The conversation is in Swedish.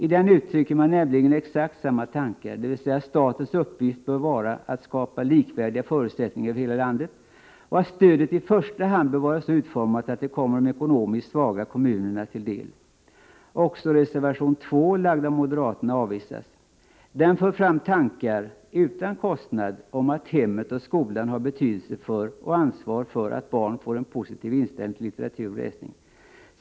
I den uttrycks nämligen exakt samma tankar, dvs. att statens uppgift bör vara att skapa likvärdiga förutsättningar över hela landet och att stödet i första hand bör vara så utformat att det kommer de ekonomiskt svaga kommunerna till del. Också reservation 2, lagd av moderaterna, avvisas. Den för fram tankar — utan kostnad! — om att hemmet och skolan har både betydelse för och ansvar för att barn får en positiv inställning till litteratur och läsning.